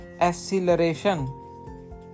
acceleration